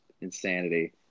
insanity